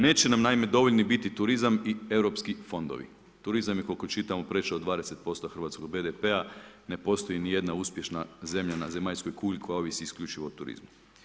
Neće nam naime dovoljni biti turizam i europski fondovi, turizam je koliko čitamo prešao 20% hrvatskog BDP-a, ne postoji ni jedna uspješna zemlja na zemaljskoj kugli koja ovisi isključivo o turizmu.